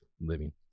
living